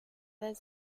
does